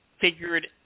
figured